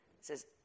says